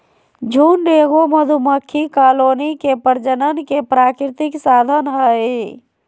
झुंड एगो मधुमक्खी कॉलोनी के प्रजनन के प्राकृतिक साधन हइ